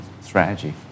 strategy